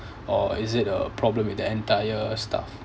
or is it a problem with the entire staff